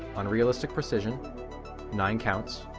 unrealistic precision nine counts.